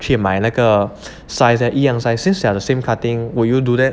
去买那个 size then 一样 size since they are the same cutting would you do that